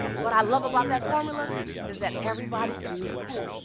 what i love about that formula is that everybody can feed that,